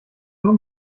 nur